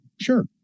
Sure